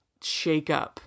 shakeup